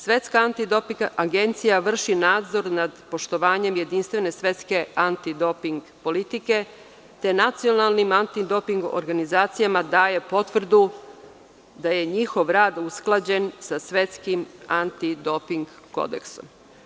Svetska antidoping agencija vrši nadzor nad poštovanjem jedinstvene svetske antidoping politike, te nacionalnim antidoping organizacijama daje potvrdu da je njihov rad usklađen sa Svetskim antidoping kodeksom.